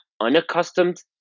unaccustomed